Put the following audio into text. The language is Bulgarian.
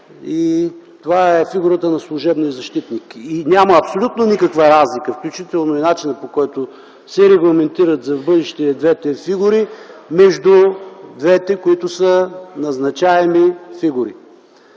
това е фигурата на служебния защитник. Няма абсолютно никаква разлика, включително и начина, по който се регламентират за в бъдеще двете фигури, между двете, които са назначаеми фигури.